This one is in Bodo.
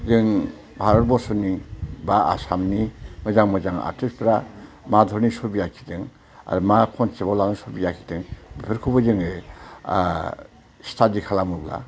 जों भारत बरस'नि बा आसामनि मोजां मोजां आरटिस्टफ्रा मा धरिनि सबि आखिदों आरो मा कनसेप्ट लानान सबि आखिदों बेफोरखौबो जोङो स्टाडि खालामोब्ला